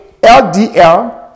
LDL